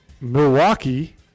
Milwaukee